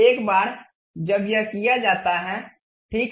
एक बार जब यह किया जाता है ठीक है